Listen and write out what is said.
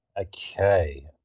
Okay